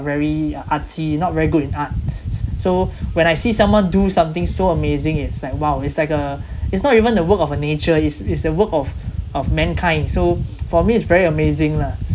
very artsy not very good in art s~ so when I see someone do something so amazing it's like !wow! it's like uh it's not even the work of a nature it's it's the work of of mankind so for me it's very amazing lah